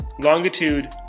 Longitude